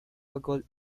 gold